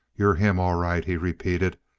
you're him, all right, he repeated,